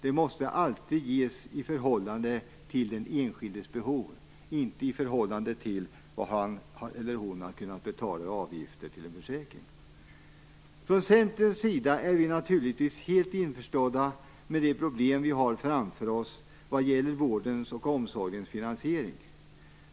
Det måste alltid ges i förhållande till den enskildes behov, inte till vad han eller hon har kunnat betala i avgift till en försäkring. Från Centerns sida är vi naturligtvis helt införstådda med de problem vi har framför oss vad gäller vårdens och omsorgens finansiering.